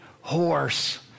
horse